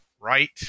right